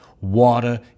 water